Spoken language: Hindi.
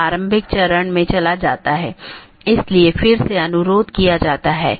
इन विशेषताओं को अनदेखा किया जा सकता है और पारित नहीं किया जा सकता है